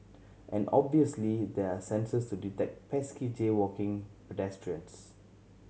and obviously there are sensors to detect pesky jaywalking pedestrians